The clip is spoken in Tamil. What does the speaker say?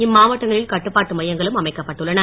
இம்மாவட்டங்களில் கட்டுப்பாட்டு மையங்களும் அமைக்கப்பட்டுள்ளன